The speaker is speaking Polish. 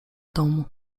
domu